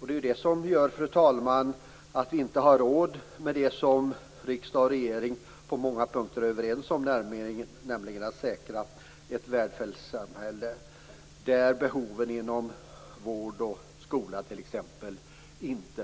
Det är det, fru talman, som gör att vi har inte råd med det som riksdag och regering på många punkter är överens om, nämligen att säkra ett välfärdssamhälle där t.ex. vård och skola